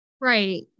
Right